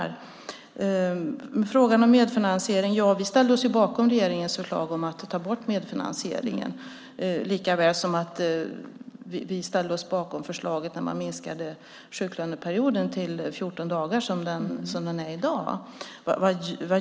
När det gäller frågan om medfinansiering ställde vi oss bakom regeringens förslag om att ta bort den likaväl som vi ställde oss bakom förslaget om att minska sjuklöneperioden till 14 dagar, som den är i dag.